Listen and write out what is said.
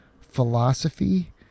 philosophy